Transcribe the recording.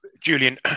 Julian